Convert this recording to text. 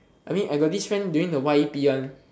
I mean I got this friend during the y_e_p one